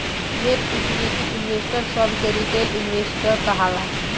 sweat equity investor सभ के retail investor कहाला